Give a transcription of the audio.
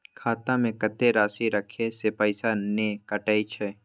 खाता में कत्ते राशि रखे से पैसा ने कटै छै?